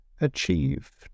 achieved